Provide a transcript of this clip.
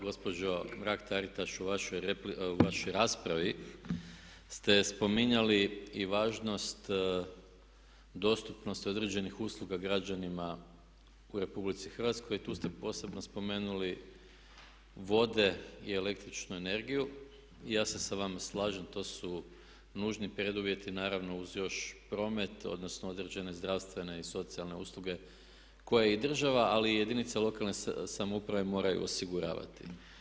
Gospođo Mrak-Taritaš u vašoj raspravi ste spominjali i važnost, dostupnost određenih usluga građanima u Republici Hrvatskoj i tu ste posebno spomenuli vode i električnu energiju i ja se s vama slažem, to su nužni preduvjeti, naravno uz još promet, odnosno određene zdravstvene i socijalne usluge koje i država ali i jedinice lokalne samouprave moraju osiguravati.